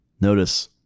Notice